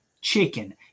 chicken